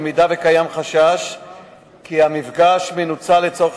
במידה שקיים חשש כי המפגש מנוצל לצורך